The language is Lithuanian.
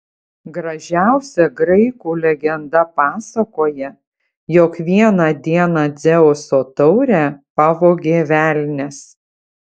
gražiausia graikų legenda pasakoja jog vieną dieną dzeuso taurę pavogė velnias